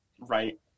right